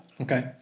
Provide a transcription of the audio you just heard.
Okay